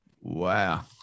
Wow